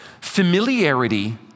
familiarity